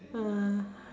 ah